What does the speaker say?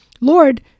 Lord